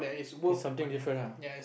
is something different ah